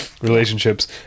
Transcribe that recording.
relationships